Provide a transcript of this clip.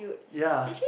ya